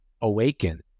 Awaken